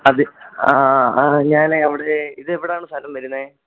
അത് ഞാൻ അവിടെ ഇത് എവിടെയാണ് സ്ഥലം വരുന്നത്